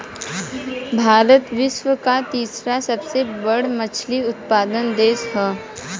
भारत विश्व के तीसरा सबसे बड़ मछली उत्पादक देश ह